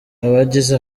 abagize